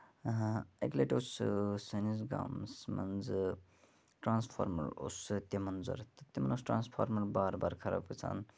آ اَکہِ لَٹہِ اوس سٲنِس گامَس منٛز ٹرانَسفارمَر اوس تِمن ضوٚرتھ تِمن اوس ٹرانَسفارمر بار بار خراب گژھان